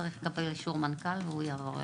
צריך לקבל אישור מנכ"ל והוא יעבור אליכם.